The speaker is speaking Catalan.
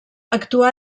actuà